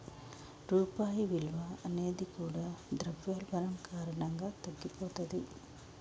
రూపాయి విలువ అనేది కూడా ద్రవ్యోల్బణం కారణంగా తగ్గిపోతది